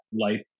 life